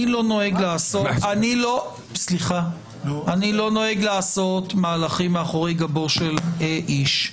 אני לא נוהג לעשות מהלכים מאחורי גבו של איש.